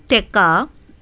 ताका